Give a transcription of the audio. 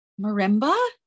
Marimba